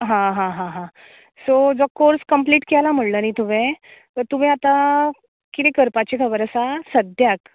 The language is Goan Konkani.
हां हां हां सो जो कोर्स कंम्प्लिट केलो म्हुणलें न्ही तुवें तर तुवें आतां कितें करपाचें खबर आसा सद्द्याक